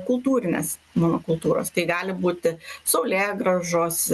kultūrinės monokultūros tai gali būti saulėgrąžos